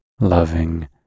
loving